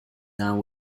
down